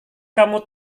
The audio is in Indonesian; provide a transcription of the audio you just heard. kamu